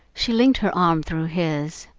she linked her arm through his,